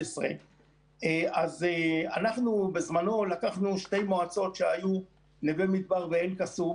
אז אנחנו בזמנו לקחנו שתי מועצות שהיו נווה מדבר ואל קסום